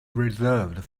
reserved